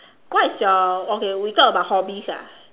what is your okay we talk about hobbies ah